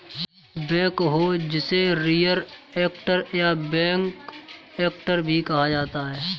backhoe जिसे rear actor या back actor भी कहा जाता है